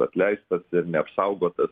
atleistas ir neapsaugotas